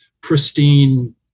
pristine